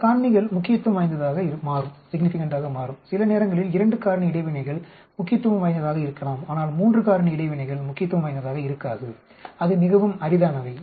பல காரணிகள் முக்கியத்துவம் வாய்ந்ததாக மாறும் சில நேரங்களில் 2 காரணி இடைவினைகள் முக்கியத்துவம் வாய்ந்ததாக இருக்கலாம் ஆனால் 3 காரணி இடைவினைகள் முக்கியத்துவம் வாய்ந்ததாக இருக்காது அது மிகவும் அரிதானவை